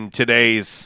today's